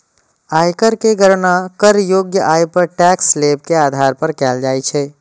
आयकर के गणना करयोग्य आय पर टैक्स स्लेब के आधार पर कैल जाइ छै